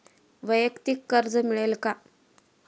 वैयक्तिक कर्ज मिळेल का?